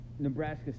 Nebraska